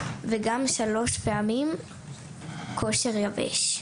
ועוד שלוש פעמים כושר יבש,